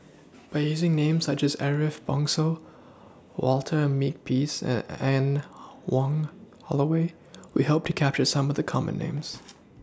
By using Names such as Ariff Bongso Walter Makepeace and Anne Wong Holloway We Hope to capture Some of The Common Names